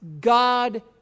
God